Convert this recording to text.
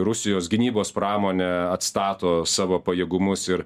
rusijos gynybos pramonė atstato savo pajėgumus ir